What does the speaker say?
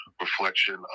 reflection